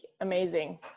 Amazing